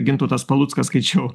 gintautas paluckas skaičiau